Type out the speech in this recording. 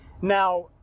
Now